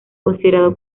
considerado